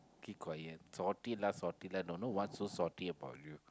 keep quiet salty lah salty lah don't now what so salty about you